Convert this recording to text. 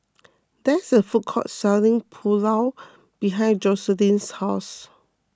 there is a food court selling Pulao behind Joycelyn's house